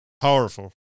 Powerful